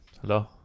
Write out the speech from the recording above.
Hello